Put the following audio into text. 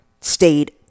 stayed